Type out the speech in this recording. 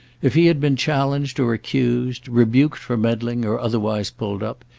if he had been challenged or accused, rebuked for meddling or otherwise pulled up,